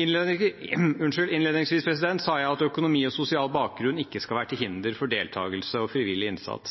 Innledningsvis sa jeg at økonomi og sosial bakgrunn ikke skal være til hinder for